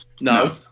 No